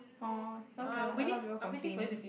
hor cause a a lot of people complaining